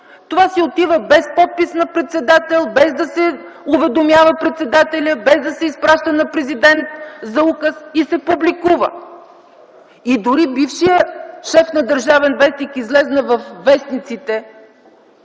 това си отива без подпис на председателя, без да се уведомява председателят, без да се изпраща на президент за указ и се публикува. И дори бившият шеф на “Държавен вестник” излезе във вестниците